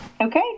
Okay